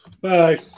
Bye